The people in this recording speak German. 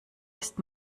ist